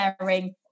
sharing